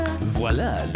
Voilà